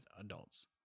adults